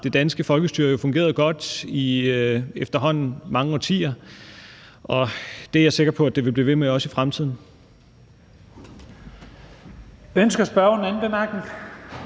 det danske folkestyre jo fungeret godt i efterhånden mange årtier, og det er jeg sikker på det vil blive ved med også i fremtiden.